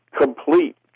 complete